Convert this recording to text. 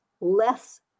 less